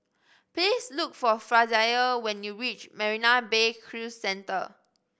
please look for Frazier when you reach Marina Bay Cruise Centre